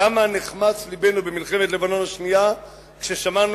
כמה נחמץ לבנו במלחמת לבנון השנייה כששמענו